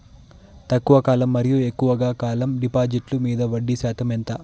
తక్కువ కాలం మరియు ఎక్కువగా కాలం డిపాజిట్లు మీద వడ్డీ శాతం ఎంత?